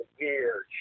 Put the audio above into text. weird